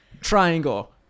Triangle